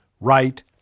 right